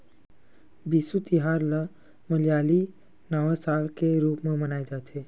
बिसु तिहार ल मलयाली नवा साल के रूप म मनाए जाथे